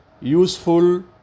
useful